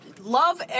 love